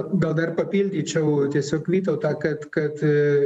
gal dar papildyčiau tiesiog vytautą kad kad